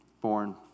Born